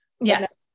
yes